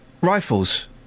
rifles